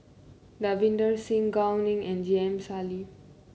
Davinder Singh Gao Ning and J M Sali